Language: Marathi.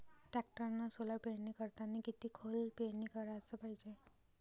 टॅक्टरनं सोला पेरनी करतांनी किती खोल पेरनी कराच पायजे?